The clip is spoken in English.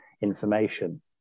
information